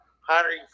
hiring